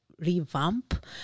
revamp